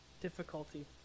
difficulty